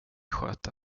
sköta